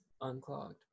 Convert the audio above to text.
unclogged